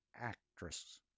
Actress